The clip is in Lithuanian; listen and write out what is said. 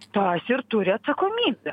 tas ir turi atsakomybę